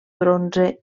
bronze